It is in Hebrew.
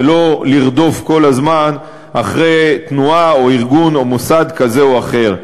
ולא לרדוף כל הזמן אחרי תנועה או ארגון או מוסד כזה או אחר.